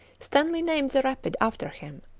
stanley named the rapid after him,